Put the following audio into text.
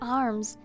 arms